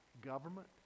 Government